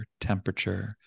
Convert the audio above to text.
temperature